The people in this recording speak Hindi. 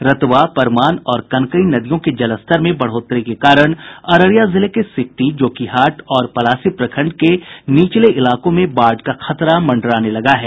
रतवा परमान और कनकई नदियों के जलस्तर में बढ़ोतरी के कारण अररिया जिले के सिकटी जोकीहाट और पलासी प्रखंड के निचले इलाकों में बाढ़ का खतरा मंडराने लगा है